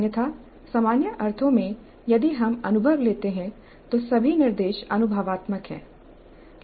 अन्यथा सामान्य अर्थों में यदि हम अनुभव लेते हैं तो सभी निर्देश अनुभवात्मक हैं